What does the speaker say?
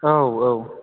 औ औ